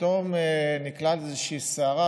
ופתאום נקלע לאיזושהי סערה,